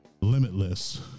limitless